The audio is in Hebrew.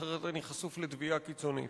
אחרת אני חשוף לתביעה קיצונית.